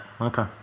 Okay